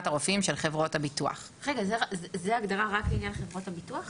הרופאים של חברות זו הגדרה רק לעניין חברות הביטוח?